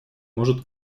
может